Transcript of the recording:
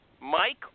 Mike